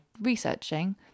researching